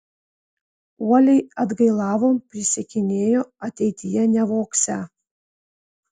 uoliai atgailavo prisiekinėjo ateityje nevogsią